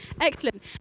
Excellent